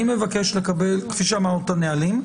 אני מבקש לקבל את הנהלים,